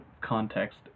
context